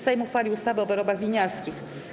Sejm uchwalił ustawę o wyrobach winiarskich.